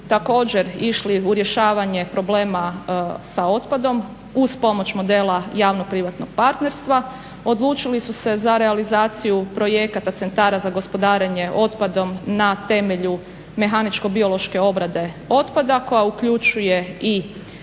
također išli u rješavanje problema sa otpadom uz pomoć modela javno-privatnog partnerstva. Odlučili su se za realizaciju projekata centara za gospodarenje otpadom na temelju mehaničko biološke obrade otpada koja uključuje i